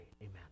amen